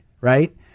right